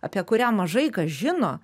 apie kurią mažai kas žino